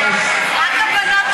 עוד לא הגעתי